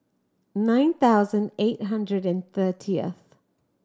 nine thousand eight hundred and thirtyth